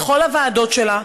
בכל הוועדות שלה.